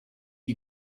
you